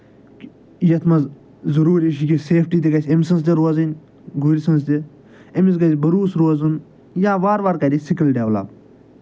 کہِ یَتھ منٛز ضٔروٗری چھِ کہِ سیفٹی تہِ گژھِ أمۍ سٕنٛز تہِ روزٕنۍ گُرۍ سٕنٛز تہِ أمِس گژھِ بَروسہٕ روزُن یا وارٕ وارٕ کرِ یہِ سِکِل ڈٮ۪ولَپ